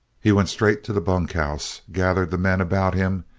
he went straight to the bunkhouse, gathered the men about him,